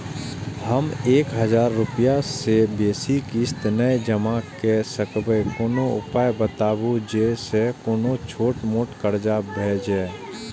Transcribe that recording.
हम एक हजार रूपया से बेसी किस्त नय जमा के सकबे कोनो उपाय बताबु जै से कोनो छोट मोट कर्जा भे जै?